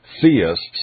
theists